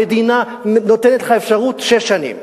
המדינה נותנת לך אפשרות שש שנים.